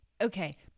okay